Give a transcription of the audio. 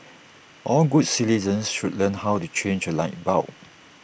all good citizens should learn how to change A light bulb